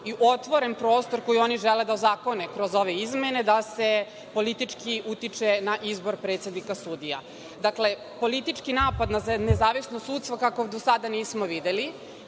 i otvoren prostor koji oni žele da zaklone kroz ove izmene, da se politički utiče na izbor predsednika sudija. Politički napad na nezavisno sudstvo kakvog do sada nismo videli.